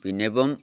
പിന്നെയിപ്പം